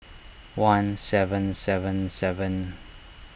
one seven seven seven